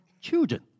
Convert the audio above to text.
children